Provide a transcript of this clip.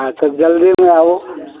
हँ तऽ जल्दीमे आउ